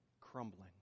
crumbling